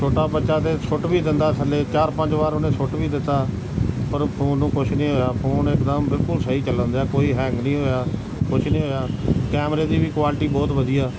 ਛੋਟਾ ਬੱਚਾ ਤਾਂ ਸੁੱਟ ਵੀ ਦਿੰਦਾ ਥੱਲੇ ਚਾਰ ਪੰਜ ਵਾਰ ਉਹਨੇ ਸੁੱਟ ਵੀ ਦਿੱਤਾ ਪਰ ਉਹ ਫੋਨ ਨੂੰ ਕੁਛ ਨਹੀਂ ਹੋਇਆ ਫੋਨ ਇਕਦਮ ਬਿਲਕੁਲ ਸਹੀ ਚੱਲ ਰਿਹਾ ਕੋਈ ਹੈਂਗ ਨਹੀਂ ਹੋਇਆ ਕੁਛ ਨਹੀਂ ਹੋਇਆ ਕੈਮਰੇ ਦੀ ਵੀ ਕੁਆਲਿਟੀ ਬਹੁਤ ਵਧੀਆ